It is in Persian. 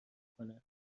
کنه